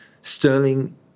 Sterling